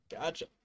Gotcha